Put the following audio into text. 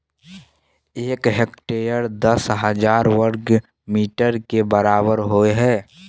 एक हेक्टेयर दस हजार वर्ग मीटर के बराबर होय हय